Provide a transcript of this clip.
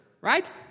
right